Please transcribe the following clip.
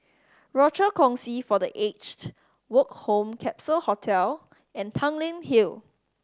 Rochor Kongsi for The Aged Woke Home Capsule Hostel and Tanglin Hill